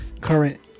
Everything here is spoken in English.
current